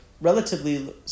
relatively